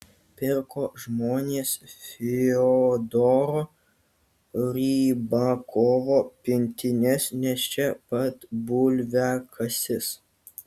pirko žmonės fiodoro rybakovo pintines nes čia pat bulviakasis